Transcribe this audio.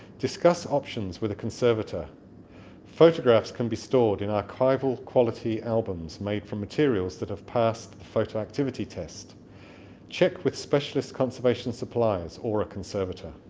discuss options with a conservator photographs can be stored in archival-quality albums made from materials that have passed a photo activity test check with specialist conservation suppliers or a conservator